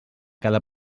cada